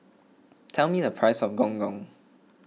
tell me the price of Gong Gong